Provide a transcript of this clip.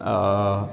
অঁ